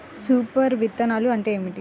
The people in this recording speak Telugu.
సూపర్ విత్తనాలు అంటే ఏమిటి?